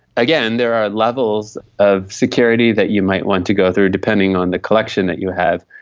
again, there are levels of security that you might want to go through, depending on the collection that you have.